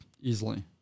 easily